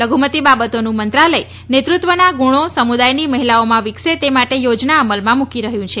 લઘુમતિ બાબતોનું મંત્રાલય નેતૃત્વના ગુણો સમુદાયની મહિલાઓમાં વિકસે તે માટે યોજના અમલમાં મૂકી રહ્યું છે